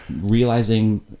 realizing